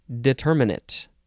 determinate